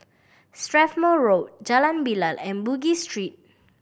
Strathmore Road Jalan Bilal and Bugis Street